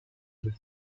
the